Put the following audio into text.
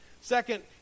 Second